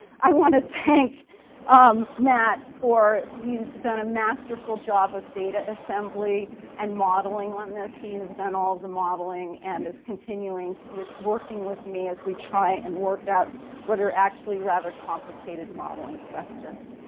i want to thank um matt for he's done a masterful job of data assembly and modeling on this. he has done all the modeling and is continuing with working with me as we try and work out what are actually rather complicated modeling questions.